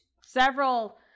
Several-